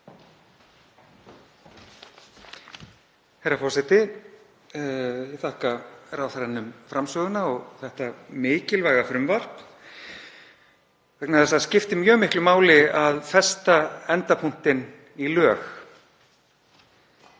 Herra forseti. Ég þakka ráðherranum framsöguna og þetta mikilvæga frumvarp. Það skiptir mjög miklu máli að festa endapunktinn í lög,